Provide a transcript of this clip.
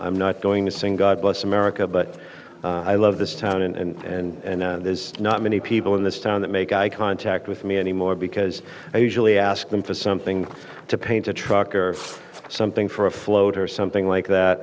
i'm not going to sing god bless america but i love this town and there's not many people in this town that make eye contact with me anymore because i usually ask them for something to paint a truck or something for a float or something like that